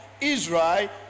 Israel